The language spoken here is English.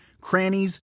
crannies